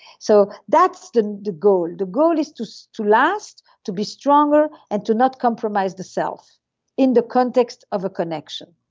so that's the goal, the goal is to to last, to be stronger, and to not compromise the self in the context of a connection.